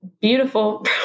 beautiful